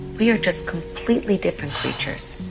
we are just completely different creatures,